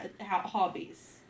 hobbies